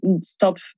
stop